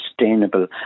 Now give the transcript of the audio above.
sustainable